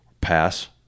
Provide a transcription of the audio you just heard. pass